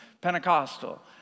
Pentecostal